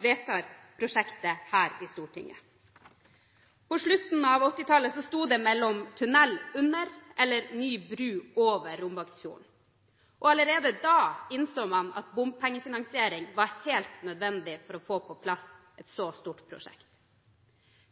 vedtar prosjektet her i Stortinget. På slutten av 1980-tallet sto det mellom tunnel under eller ny bru over Rombaksfjorden. Allerede da innså man at bompengefinansiering var helt nødvendig for å få på plass et så stort prosjekt.